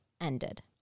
ended